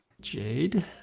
Jade